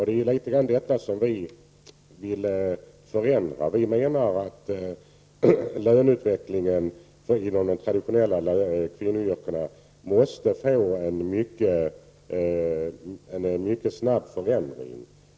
Det är detta som vi vill förändra. Vi menar att löneutvecklingen inom de traditionella kvinnoyrkena måste få en mycket snabb förändring.